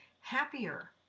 happier